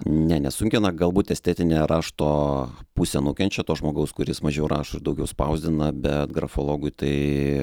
ne nesunkina galbūt estetinė rašto pusė nukenčia to žmogaus kuris mažiau rašo ir daugiau spausdina bet grafologui tai